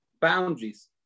boundaries